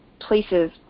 places